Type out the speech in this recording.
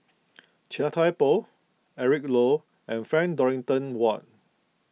Chia Thye Poh Eric Low and Frank Dorrington Ward